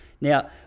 Now